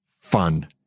fun